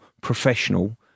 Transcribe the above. professional